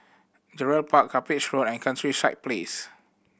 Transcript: Gerald Park Cuppage Road and Countryside Place